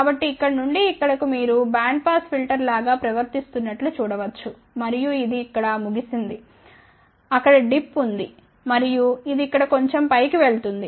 కాబట్టి ఇక్కడ నుండి ఇక్కడకు మీరు బ్యాండ్ పాస్ ఫిల్టర్ లాగా ప్రవర్తిస్తున్నట్లు చూడ వచ్చు మరియు ఇది ఇక్కడ ముగిసింది అక్కడ డిప్ ఉంది మరియు ఇది ఇక్కడ కొంచెం పైకి వెళుతుంది